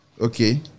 Okay